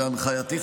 בהנחייתי,